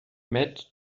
met